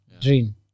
Dream